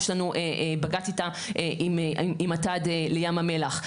יש לנו בג"ץ עם אט"ד לים המלח.